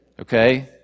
Okay